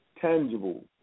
tangible